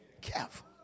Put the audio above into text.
careful